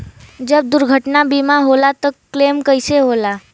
जब दुर्घटना बीमा होला त क्लेम कईसे होला?